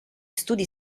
studi